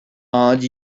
and